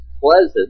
pleasant